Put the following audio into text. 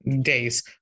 days